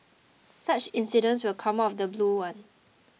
such incidents will come out of the blue one